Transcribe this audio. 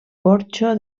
porxo